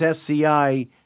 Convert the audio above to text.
SCI